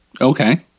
Okay